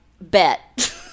Bet